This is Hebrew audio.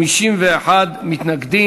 51 מתנגדים.